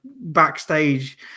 backstage